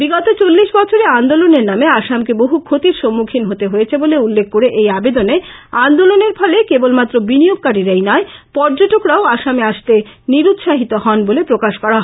বিগত চল্লিশ বছরে আন্দোলনের নামে আসামকে বহু ক্ষতির সম্মুখীন হতে হয়েছে বলে উল্লেখ করে এই আবেদনে আন্দোলনের ফলে কেবলমাত্র বিনিয়োগকারীরাই নয় পর্যটকরাও আসামে আসতে নিরুৎসাহিত হন বলে প্রকাশ করা হয়